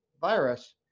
virus